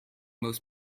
most